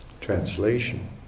Translation